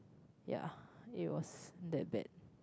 ya it was that bad